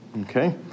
okay